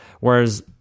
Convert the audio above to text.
Whereas